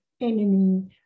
enemy